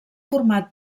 format